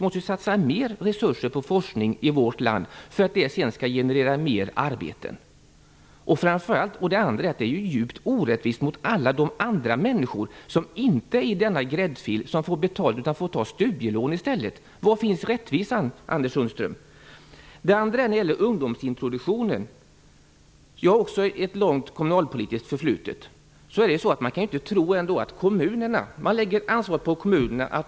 Vi måste satsa mer resurser på forskning i vårt land för att det sedan skall generera fler arbeten. Dessutom är det djupt orättvist mot alla dem som inte finns i denna gräddfil, dvs. som inte får betalt utan som får ta studielån. Var finns rättvisan, Anders Jag övergår så till frågan om ungdomsintroduktionen. Även jag har ett långt kommunalpolitiskt förflutet. Ansvaret läggs nu på kommunerna.